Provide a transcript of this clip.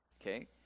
okay